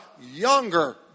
younger